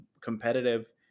competitive